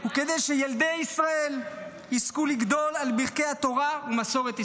וכדי שילדי ישראל יזכו לגדול על ברכי התורה ומסורת ישראל.